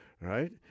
right